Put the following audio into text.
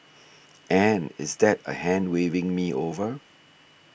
and is that a hand waving me over